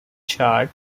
chad